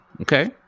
okay